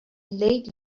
late